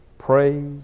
Praise